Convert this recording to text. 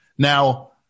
Now